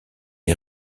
est